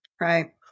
right